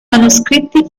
manoscritti